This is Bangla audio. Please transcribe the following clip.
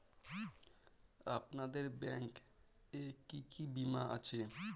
আপনাদের ব্যাংক এ কি কি বীমা আছে?